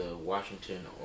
Washington